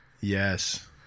Yes